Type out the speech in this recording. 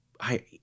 I-